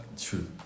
True